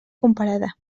comparada